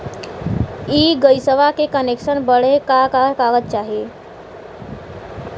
इ गइसवा के कनेक्सन बड़े का का कागज चाही?